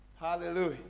Hallelujah